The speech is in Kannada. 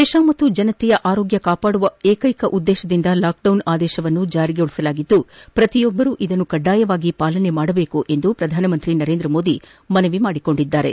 ದೇಶ ಮತ್ತು ಜನರ ಆರೋಗ್ಡ ಕಾಪಾಡುವ ಏಕೈಕ ಉದ್ದೇಶದಿಂದ ಲಾಕ್ಡೌನ್ ಆದೇಶ ಜಾರಿ ಮಾಡಿದ್ದು ಪ್ರತಿಯೊಬ್ಬರೂ ಇದನ್ನು ಕಡ್ಡಾಯವಾಗಿ ಪಾಲನೆ ಮಾಡಬೇಕು ಎಂದು ಪ್ರಧಾನಮಂತ್ರಿ ನರೇಂದ್ರಮೋದಿ ಮನವಿ ಮಡಿದ್ದಾರೆ